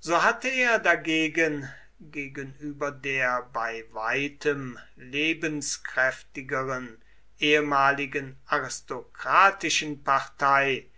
so hatte er dagegen gegenüber der bei weitem lebenskräftigeren ehemaligen aristokratischen partei